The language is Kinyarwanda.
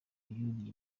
yuriye